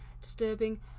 disturbing